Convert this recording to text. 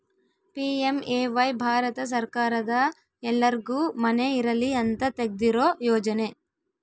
PMAY Bharat ಸರ್ಕಾರದ ಎಲ್ಲರ್ಗು ಮನೆ ಇರಲಿ ಅಂತ ತೆಗ್ದಿರೊ ಯೋಜನೆ